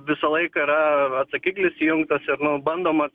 visą laiką yra atsakiklis įjungtas ir nu bandoma